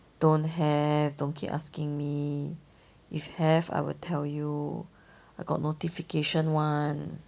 don't have don't keep asking me if have I will tell you I got notification [one]